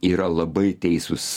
yra labai teisūs